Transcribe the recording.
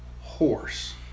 horse